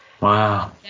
Wow